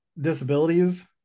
disabilities